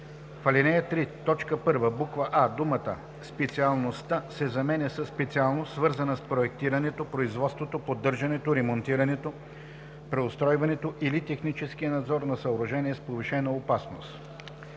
буква „а“ думата „специалността“ се заменя със „специалност, свързана с проектирането, производството, поддържането, ремонтирането, преустройването или техническия надзор на съоръжение с повишена опасност“.